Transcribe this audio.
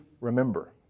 remember